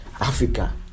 Africa